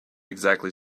exactly